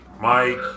Mike